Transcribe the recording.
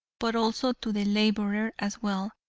but also to the laborer as well,